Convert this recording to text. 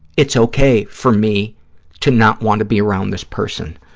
it's okay for me to not want to be around this person,